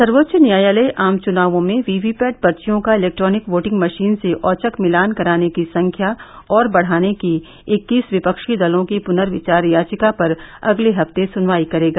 सर्वोच्च न्यायालय आम चुनाव में वीवीपैट पर्चियों का इलेक्ट्रॉनिक वोटिंग मशीन से औचक मिलान कराने की संख्या और बढ़ाने की इक्कीस विपक्षी दलों की प्नर्विचार याचिका पर अगले हफ्ते सुनवाई करेगा